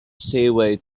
stairway